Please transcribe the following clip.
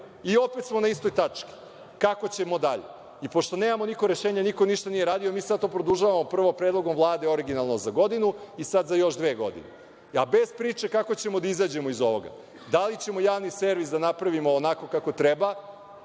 i opet smo na istoj tački – kako ćemo dalje. I pošto niko nema rešenje, niko ništa nije uradio, mi sad to produžavamo, prvo, predlogom Vlade originalno za godinu, a sada za još dve godine, bez priče kako ćemo da izađemo iz ovoga, da li ćemo javni servis da napravimo onako kako treba,